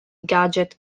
gadget